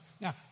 now